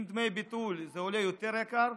עם דמי ביטול זה עולה יותר יקר,